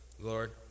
Lord